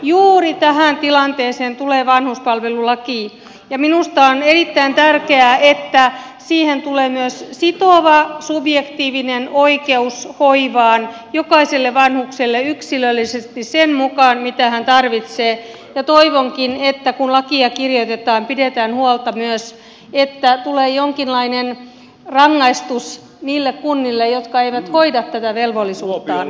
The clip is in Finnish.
juuri tähän tilanteeseen tulee vanhuspalvelulaki ja minusta on erittäin tärkeää että siihen tulee myös sitova subjektiivinen oikeus hoivaan jokaiselle vanhukselle yksilöllisesti sen mukaan mitä hän tarvitsee ja toivonkin että kun lakia kirjoitetaan pidetään huolta myös siitä että tulee jonkinlainen rangaistus niille kunnille jotka eivät hoida tätä velvollisuuttaan